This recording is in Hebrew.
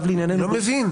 אני לא מבין.